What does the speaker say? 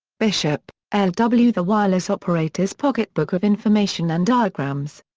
bishop, l. w. the wireless operators' pocketbook of information and diagrams.